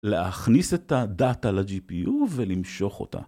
‫להכניס את הדאטה ל-GPU ולמשוך אותה.